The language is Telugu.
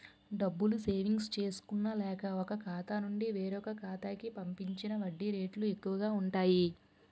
డబ్బులు సేవింగ్స్ చేసుకున్న లేక, ఒక ఖాతా నుండి వేరొక ఖాతా కి పంపించిన వడ్డీ రేట్లు ఎక్కువు గా ఉంటాయి